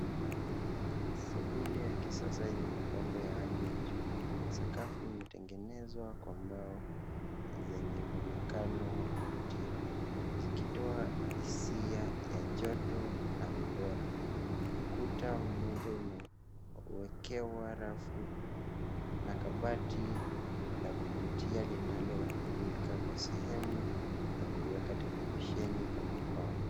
Sebule ya kisasa yenye mapambo ya hali ya juu. Sakafu imetengenezwa kwa mbao zenye muonekano wa kuvutia. Zikitoa hisia ya joto na ubora. Ukuta mmoja umewekewa rafu na kabati la kuvutia linalotumika kwa sehemu, ya kuweka televisheni au mapambo.